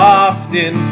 often